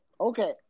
Okay